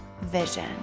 vision